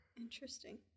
Interesting